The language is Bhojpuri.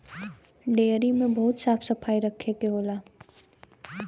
डेयरी में बहुत साफ सफाई रखे के होला